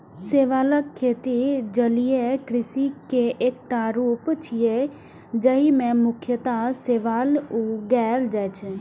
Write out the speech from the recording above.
शैवालक खेती जलीय कृषि के एकटा रूप छियै, जाहि मे मुख्यतः शैवाल उगाएल जाइ छै